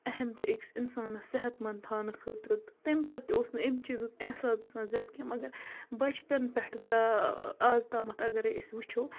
اہم چھُ أکِس اِنسانَس صحت منٛد تھاونہٕ خٲطرٕ تہٕ تَمہِ پَتہٕ تہِ اوس نہٕ اَمۍ چیٖزُک احساس گژھان زیادٕ کیٚنٛہہ مگر بَچپَن پٮ۪ٹھٕ تا آز تامَتھ اَگرَے أسۍ وٕچھو